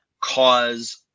cause